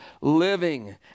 living